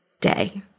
day